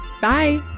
Bye